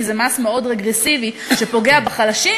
כי זה מס מאוד רגרסיבי שפוגע בחלשים,